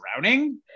drowning